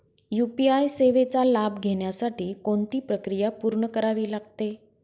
UPI सेवेचा लाभ घेण्यासाठी कोणती प्रक्रिया पूर्ण करावी लागते?